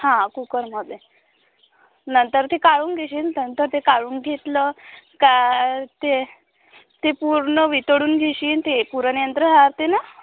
हां कुकरमधे नंतर ती काढून घेशीन नंतर ते काढून घेतलं का ते ते पूर्ण वितळून घेशीन ते पुरणयंत्र राहते ना